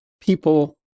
people